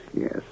yes